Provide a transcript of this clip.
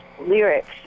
lyrics